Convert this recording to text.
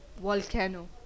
volcano